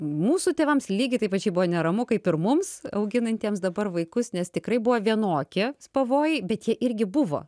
mūsų tėvams lygiai taip pačiai buvo neramu kaip ir mums auginantiems dabar vaikus nes tikrai buvo vienokie pavojai bet jie irgi buvo